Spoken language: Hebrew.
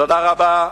תודה רבה.